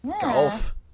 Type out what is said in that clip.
golf